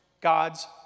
God's